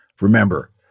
Remember